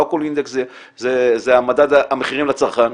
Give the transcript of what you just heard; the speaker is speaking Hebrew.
לא כל אינדקס זה מדד המחירים לצרכן,